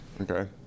Okay